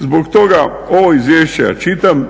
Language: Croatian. Zbog toga ovo izvješće ja čitam